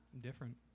Different